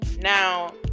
now